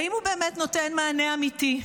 האם הוא באמת נותן מענה אמיתי.